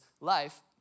life